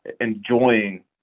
enjoying